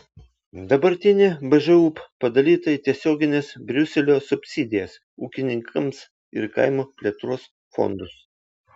dabartinė bžūp padalyta į tiesiogines briuselio subsidijas ūkininkams ir kaimo plėtros fondus